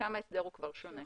שם ההסדר הוא כבר שונה.